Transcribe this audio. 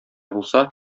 булса